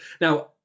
Now